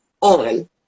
on